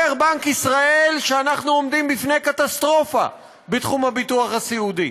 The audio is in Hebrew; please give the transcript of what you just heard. אומר בנק ישראל שאנחנו עומדים בפני קטסטרופה בתחום הביטוח הסיעודי.